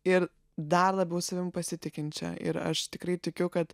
ir dar labiau savimi pasitikinčia ir aš tikrai tikiu kad